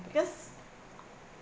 because